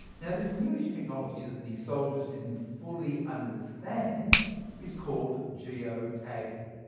yeah this new-ish technology that the soldiers didn't fully understand is called geo-tagging.